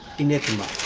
the medium